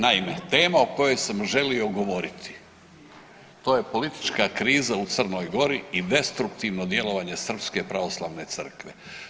Naime, tema o kojoj sam želio govoriti, to je politička kriza u Crnoj Gori i destruktivno djelovanje Srpske pravoslavne crkve.